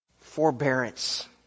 Forbearance